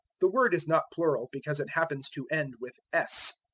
the word is not plural because it happens to end with s.